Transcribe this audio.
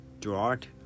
drought